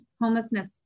homelessness